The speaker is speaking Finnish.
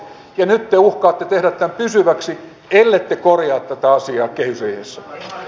ja nyt te uhkaatte tehdä tämän pysyväksi ellette korjaa tätä asiaa kehysriihessä